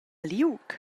liug